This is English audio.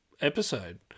episode